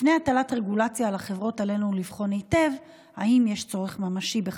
לפני הטלת רגולציה על החברות עלינו לבחון היטב אם יש צורך ממשי בכך.